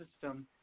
system